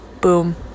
Boom